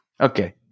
Okay